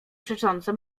przecząco